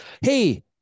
hey